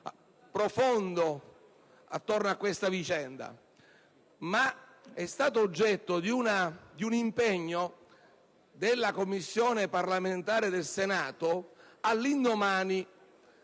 profondo attorno a questa vicenda, ma esso è stato oggetto di un impegno della Commissione parlamentare del Senato all'indomani